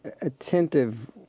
attentive